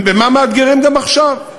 ובמה מאתגרים גם עכשיו.